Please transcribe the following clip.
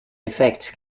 effect